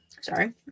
Sorry